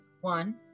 One